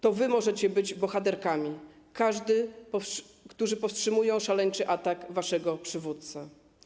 To wy możecie być bohaterami - każdy, kto powstrzymuje szaleńczy atak waszego przywódcy.